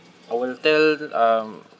I will tell um